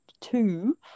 two